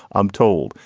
i'm told.